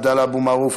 עבדאללה אבו מערוף,